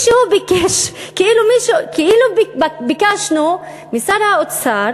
כאילו ביקשנו משר האוצר